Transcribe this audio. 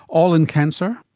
all in cancer?